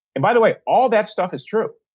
and by the way, all that stuff is true.